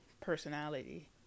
personality